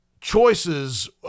choices